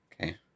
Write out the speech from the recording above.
Okay